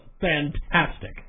fantastic